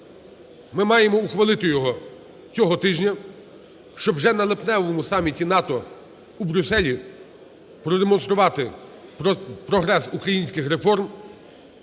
Ми маємо ухвалити його цього тижня, щоб вже на липневому саміті НАТО у Брюсселі продемонструвати прогрес українських реформ,